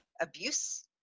abuse